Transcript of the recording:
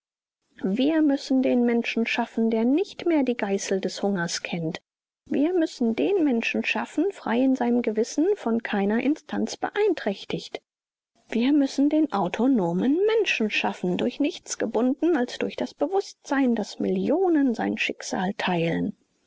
wir müssen den menschen schaffen der nicht mehr die geißel des hungers kennt wir müssen den menschen schaffen frei in seinem gewissen von keiner instanz beeinträchtigt wir müssen den autonomen menschen schaffen durch nichts gebunden als durch das bewußtsein daß millionen sein schicksal teilen